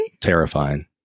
Terrifying